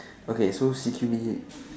okay so C_Q_B